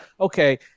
okay